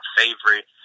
favorite